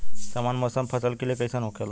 सामान्य मौसम फसल के लिए कईसन होखेला?